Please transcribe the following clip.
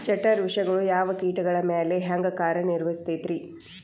ಜಠರ ವಿಷಗಳು ಯಾವ ಕೇಟಗಳ ಮ್ಯಾಲೆ ಹ್ಯಾಂಗ ಕಾರ್ಯ ನಿರ್ವಹಿಸತೈತ್ರಿ?